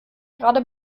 gerade